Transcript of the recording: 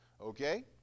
okay